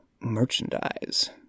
merchandise